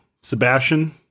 Sebastian